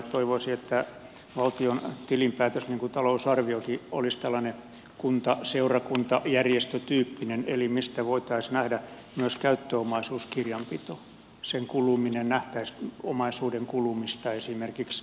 toivoisin että valtion tilinpäätös niin kuin talousarviokin olisi tällainen kunta seurakunta järjestötyyppinen mistä voitaisiin nähdä myös käyttöomaisuuskirjanpito sen kuluminen nähtäisiin omaisuuden kulumista esimerkiksi